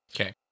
Okay